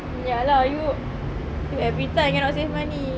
ya lah you you everytime cannot save money